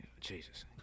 Jesus